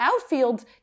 outfields